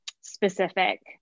specific